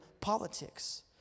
politics